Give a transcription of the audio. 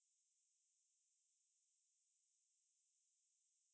see got any near locations then I'll decide